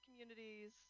communities